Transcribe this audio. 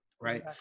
right